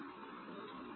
debts